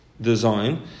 design